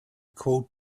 called